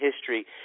history